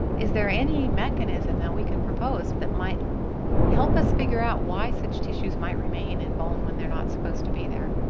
is there any mechanism that we can propose that might help us figure out why such tissues might remain in bone when they're not supposed to be there?